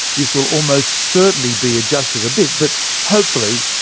this will almost certainly be adjusted a bit but hopefully,